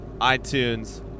itunes